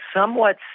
somewhat